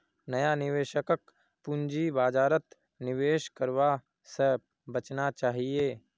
नया निवेशकक पूंजी बाजारत निवेश करवा स बचना चाहिए